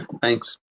Thanks